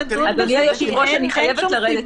אדוני היושב-ראש, אני חייבת לרדת.